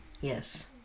Yes